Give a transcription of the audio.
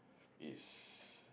is